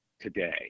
today